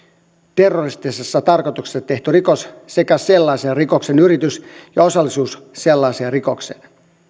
terroristisessa tarkoituksessa tehty rikos sekä sellaisen rikoksen yritys ja osallisuus sellaiseen rikokseen